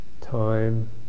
time